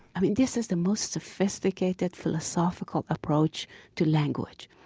i mean this is the most sophisticated, philosophical approach to language.